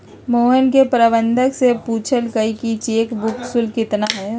मोहन ने प्रबंधक से पूछल कई कि चेक बुक शुल्क कितना हई?